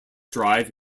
drive